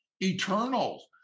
eternal